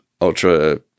ultra